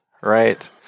right